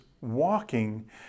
walking